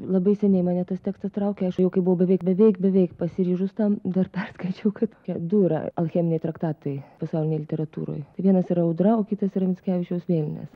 labai seniai mane tas tekstas traukė aš jau kai buvau beveik beveik beveik pasiryžus tam dar perskaičiau kad tokia dura alcheminiai traktatai pasaulinėj literatūroj tai vienas yra audra o kitas yra mickevičiaus vėlinės